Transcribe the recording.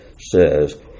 says